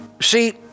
See